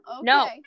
No